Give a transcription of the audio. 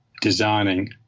designing